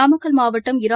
நாமக்கல் மாவட்டம் இரா